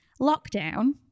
Lockdown